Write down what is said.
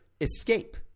Escape